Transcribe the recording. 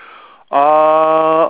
uh